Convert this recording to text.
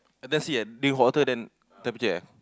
I never see ah drink water then temperature eh